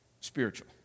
spiritual